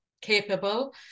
capable